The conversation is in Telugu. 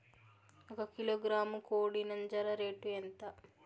ఒక కిలోగ్రాము కోడి నంజర రేటు ఎంత?